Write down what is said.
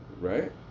right